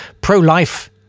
pro-life